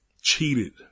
cheated